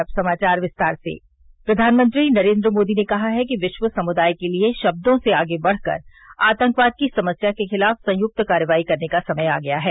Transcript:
रो से प्रधानमंत्री नरेंद्र मोदी ने कहा है कि विश्व समुदाय के लिए शब्दों से आगे बढ़कर आतंकवाद की समस्या के खिलाफ संयुक्त कार्रवाई करने का समय आ गया है